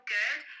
good